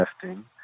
testing